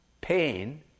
pain